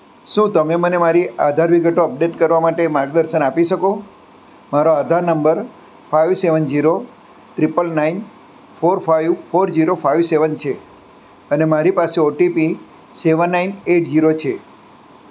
શું તમે મને મારી આધાર વિગતો અપડેટ કરવા માટે માર્ગદર્શન આપી શકો મારો આધાર નંબર five seven zero triple nine four five four zero five seven છે અને મારી પાસે OTP seven nine eight zero છે